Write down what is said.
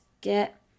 get